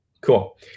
Cool